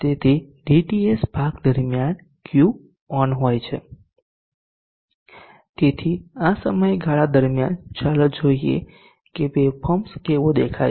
તેથી dTS ભાગ દરમિયાન Q ઓન હોય છે તેથી આ સમયગાળા દરમિયાન ચાલો જોઈએ કે વેવફોર્મ્સ કેવો દેખાય છે